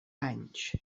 anys